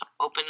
open